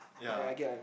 ya